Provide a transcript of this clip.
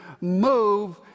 move